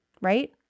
Right